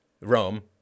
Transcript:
Rome